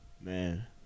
Man